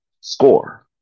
score